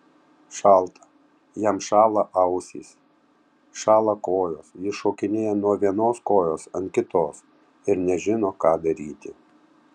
šalta jam šąla ausys šąla kojos jis šokinėja nuo vienos kojos ant kitos ir nežino ką daryti